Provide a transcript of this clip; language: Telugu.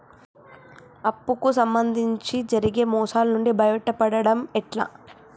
అప్పు కు సంబంధించి జరిగే మోసాలు నుండి బయటపడడం ఎట్లా?